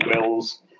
Wills